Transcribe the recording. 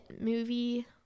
movie